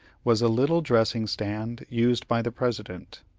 was a little dressing-stand used by the president.